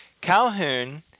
Calhoun